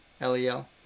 LEL